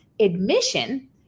Admission